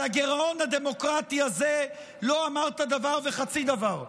על הגירעון הדמוקרטי הזה לא אמרת דבר וחצי דבר.